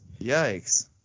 Yikes